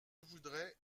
voudrais